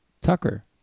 Tucker